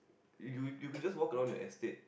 you you could just walk around your estate